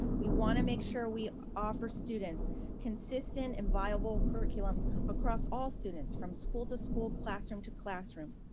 we wanna make sure we offer students consistent and viable curriculum across all students from school to school classroom to classroom.